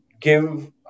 give